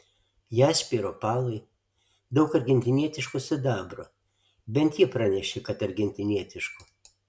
jaspiai ir opalai daug argentinietiško sidabro bent ji pranešė kad argentinietiško